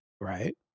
Right